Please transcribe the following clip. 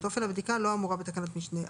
אופן הבדיקה לא אמורה בתקנת משנה (א),